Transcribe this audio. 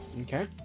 Okay